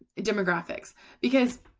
demographics because.